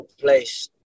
place